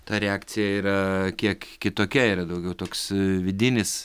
ta reakcija yra kiek kitokia yra daugiau toks vidinis